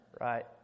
right